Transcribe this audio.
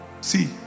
See